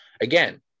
again